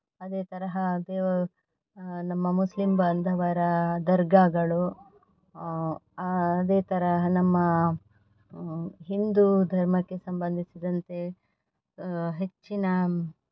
ಅದೇ ತರಹ ದೇ ನಮ್ಮ ಮುಸ್ಲಿಂ ಬಾಂಧವರ ದರ್ಗಾಗಳು ಅದೇ ಥರ ನಮ್ಮ ಹಿಂದೂ ಧರ್ಮಕ್ಕೆ ಸಂಬಂಧಿಸಿದಂತೆ ಹೆಚ್ಚಿನ